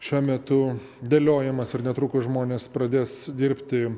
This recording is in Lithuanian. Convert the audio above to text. šiuo metu dėliojamas ir netrukus žmonės pradės dirbti